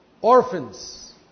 orphans